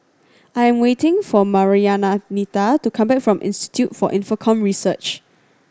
I am waiting for Marianita to come back from Institute for Infocomm Research